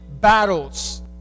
battles